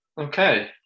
Okay